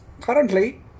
currently